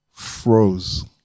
froze